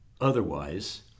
Otherwise